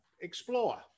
explore